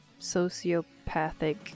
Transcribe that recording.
sociopathic